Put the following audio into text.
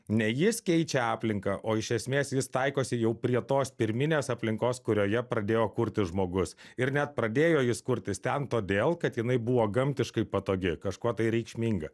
ne jis keičia aplinką o iš esmės jis taikosi jau prie tos pirminės aplinkos kurioje pradėjo kurtis žmogus ir net pradėjo jis kurtis ten todėl kad jinai buvo gamtiškai patogi kažkuo tai reikšminga